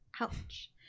Ouch